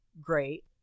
great